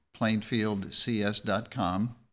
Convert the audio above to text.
plainfieldcs.com